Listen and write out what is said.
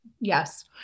Yes